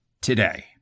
today